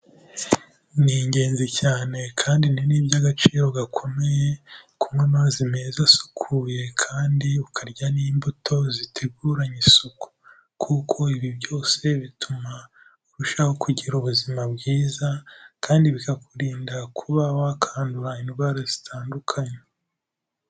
Ni ingenzi cyane kandi ni n'iby'agaciro gakomeye kunywa amazi meza asukuye kandi ukarya n'imbuto ziteguranye isuku. Kuko ibi byose bituma urushaho kugira ubuzima bwiza kandi bikakurinda kuba wakwandura indwara zitandukanye.